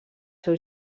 seu